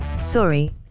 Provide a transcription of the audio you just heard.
Sorry